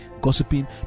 gossiping